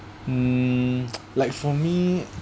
mm like for me